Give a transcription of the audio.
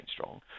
strong